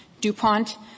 DuPont